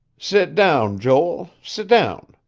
sit down, joel. sit down,